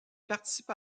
participe